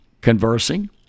conversing